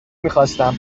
میخواستم